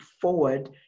forward